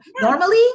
Normally